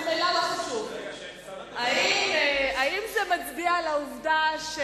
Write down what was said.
האם זה מצביע על העובדה,